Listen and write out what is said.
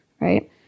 right